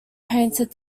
painted